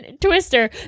Twister